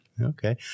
Okay